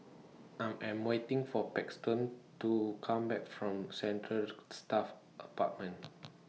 I Am waiting For Paxton to Come Back from Central Staff Apartment